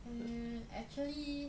eh actually